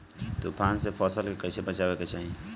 तुफान से फसल के कइसे बचावे के चाहीं?